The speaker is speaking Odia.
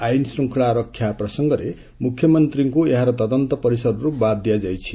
ଆଇନ୍ ଶୃଙ୍ଖଳା ରକ୍ଷା ପ୍ରସଙ୍ଗରେ ମୁଖ୍ୟମନ୍ତ୍ରୀଙ୍କୁ ଏହାର ତଦନ୍ତ ପରିସରରୁ ବାଦ୍ ଦିଆଯାଇଛି